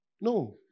No